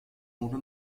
ohne